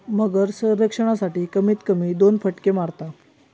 मगर संरक्षणासाठी, कमीत कमी दोन फटके मारता